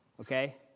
okay